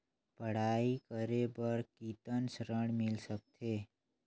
पढ़ाई करे बार कितन ऋण मिल सकथे?